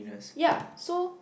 ya so